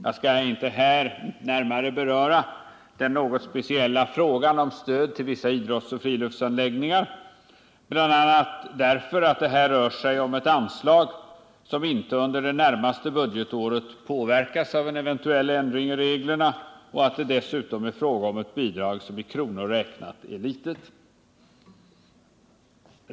Jag skall inte här närmare beröra den något speciella frågan om stöd till vissa idrottsoch friluftsanläggningar, bl.a. därför att det rör sig om ett anslag som under det närmaste budgetåret inte påverkas av en eventuell ändring i reglerna, och det är dessutom fråga om ett bidrag som i kronor räknat är litet.